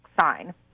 sign